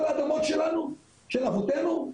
כל האדמות שלנו, של אבותינו?